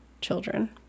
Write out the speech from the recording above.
children